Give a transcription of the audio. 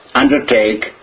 undertake